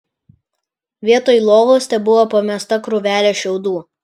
vietoj lovos tebuvo pamesta krūvelė šiaudų